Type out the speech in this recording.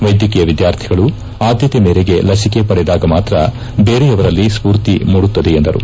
ವೈದ್ಯಕೀಯ ವಿದ್ಯಾರ್ಥಿಗಳು ಆದ್ಯತೆ ಮೇರೆಗೆ ಲಸಿಕೆ ಪಡೆದಾಗ ಮಾತ್ರಾ ಬೇರೆಯವರಲ್ಲಿ ಸ್ಪೂರ್ತಿ ಮೂಡುತ್ತದೆ ಎಂದರು